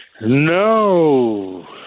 No